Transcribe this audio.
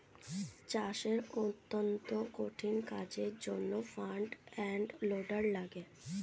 চাষের অত্যন্ত কঠিন কাজের জন্যে ফ্রন্ট এন্ড লোডার লাগে